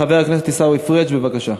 חבר הכנסת עיסאווי פריג', בבקשה.